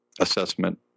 assessment